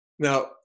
Now